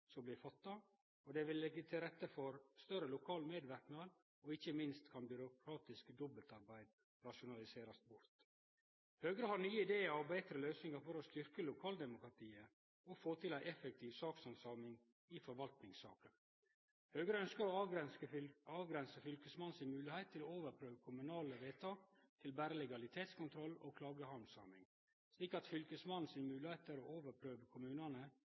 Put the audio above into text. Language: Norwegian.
fatta, det vil leggje til rette for større lokal medverknad, og ikkje minst kan byråkratisk dobbeltarbeid rasjonaliserast bort. Høgre har nye idear og betre løysingar for å styrke lokaldemokratiet og få til ei effektiv sakshandsaming i forvaltningssaker: Høgre ønskjer å avgrense Fylkesmannen si moglegheit til å overprøve kommunale vedtak til berre legalitetskontroll og klagehandsaming, slik at Fylkesmannen si moglegheit til å overprøve